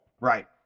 Right